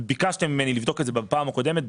ביקשתם ממני לבדוק את זה בפעם הקודמת,